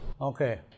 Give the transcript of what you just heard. Okay